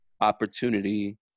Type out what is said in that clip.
opportunity